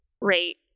rate